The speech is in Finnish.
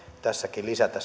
tässäkin lisätä